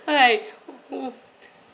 alright